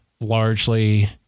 largely